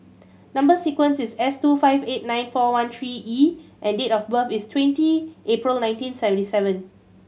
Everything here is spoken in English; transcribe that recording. number sequence is S two five eight nine four one three E and date of birth is twenty April nineteen seventy seven